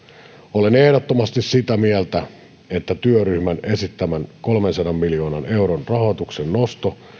olen ehdottomasti sitä mieltä että työryhmän esittämän kolmensadan miljoonan euron rahoituksen nosto